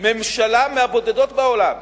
ממשלה מהבודדות בעולם